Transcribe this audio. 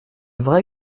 vrai